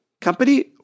company